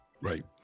Right